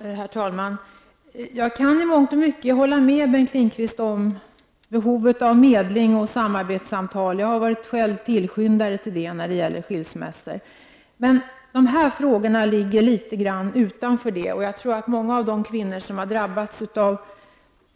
Herr talman! Jag kan i mångt och mycket hålla med Bengt Lindqvist om behovet av medling och samarbetssamtal. Jag har själv varit tillskyndare av det när det gäller skilsmässor. Men dessa frågor ligger litet grand utanför detta. Jag tror att många av de kvinnor som har drabbats av